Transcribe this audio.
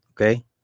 okay